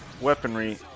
weaponry